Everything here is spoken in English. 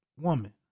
woman